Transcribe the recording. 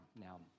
now